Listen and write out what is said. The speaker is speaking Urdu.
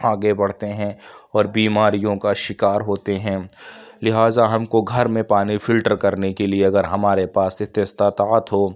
آگے بڑھتے ہیں اور بیماریوں کا شکار ہوتے ہیں لہٰذا ہم کو گھر میں پانی فلٹر کرنے کے لیے اگر ہمارے پاس استطاعت ہو